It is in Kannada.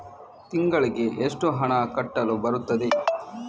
ತಿಂಗಳಿಗೆ ಎಷ್ಟು ಹಣ ಕಟ್ಟಲು ಬರುತ್ತದೆ?